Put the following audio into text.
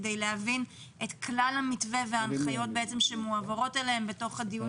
כדי להבין את כלל המתווה וההנחיות שמועברות אליהם בדיון